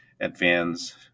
Advance